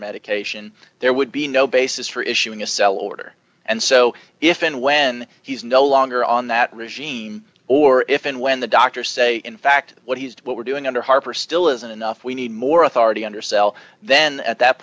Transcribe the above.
medication there would be no basis for issuing a sell order and so if and when he's no longer on that regime or if and when the doctors say in fact what he's did what we're doing under harper still isn't enough we need more authority undersell then at that